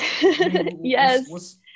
yes